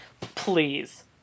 Please